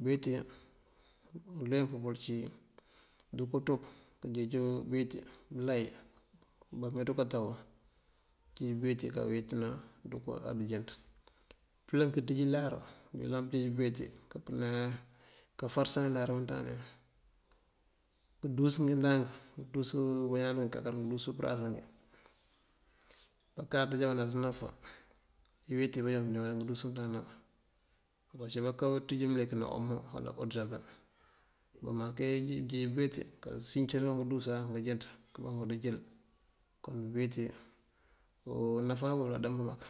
Búuweeti, unleemp bël cí ndënko ţop këënjeej búuweet belay bameenţu káto, këënj búuweeti káaweetina ndënko andënjëënţ. Pëëlënk ţíij ilar mëëyëlan pëënjeej búuweeti káampënaniyël, káfayasar búunţande. Ngëëndúus ngindank, ngëëndúus ngí bañaan dunkeenk akákar ngëëndúus përasa ngí. Bakáaţ ajá bánaţaná bëfa iweeti yimbáajoon búunjeej kañaw udúus mëënţandun. Bukak ţíij mëlik ná omo ná odëjabel, búunkamaŋ keejeej búuweeti kásicëna ngëëndúusa anjëënţ këëmaŋ ngúujil. Kom búuweeti náfá bël adëmb mak.